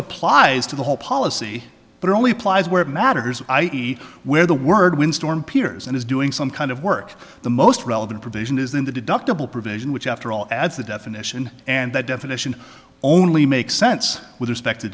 applies to the whole policy but only applies where it matters i e where the word windstorm peers and is doing some kind of work the most relevant provision is in the deductible provision which after all as the definition and that definition only makes sense with respect to